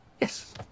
Yes